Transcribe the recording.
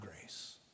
grace